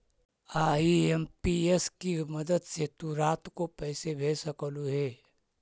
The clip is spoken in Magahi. आई.एम.पी.एस की मदद से तु रात को पैसे भेज सकलू हे